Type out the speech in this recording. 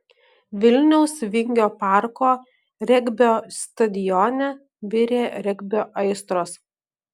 vilniaus vingio parko regbio stadione virė regbio aistros